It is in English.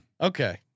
Okay